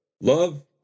Love